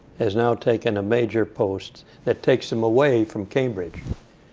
has now taken a major post that takes him away from cambridge.